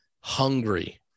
hungry